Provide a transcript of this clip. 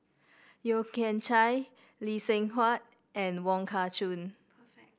Yeo Kian Chai Lee Seng Huat and Wong Kah Chun